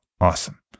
awesome